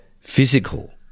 physical